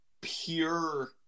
pure